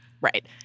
Right